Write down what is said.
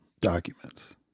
documents